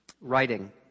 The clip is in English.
writing